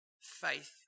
faith